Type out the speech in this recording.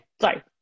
sorry